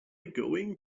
going